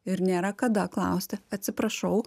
ir nėra kada klausti atsiprašau